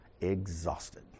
exhausted